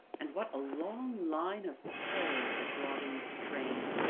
and what a long line of terrors it brought in its train!